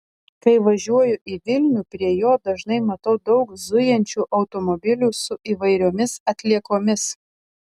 kai važiuoju į vilnių prie jo dažnai matau daug zujančių automobilių su įvairiomis atliekomis